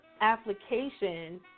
application